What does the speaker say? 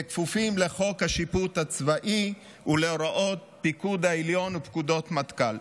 וכפופים לחוק השיפוט הצבאי ולהוראות הפיקוד העליון ופקודות מטכ"ל.